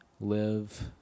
live